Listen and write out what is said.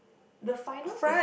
the finals was